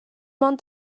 ond